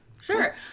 Sure